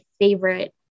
favorite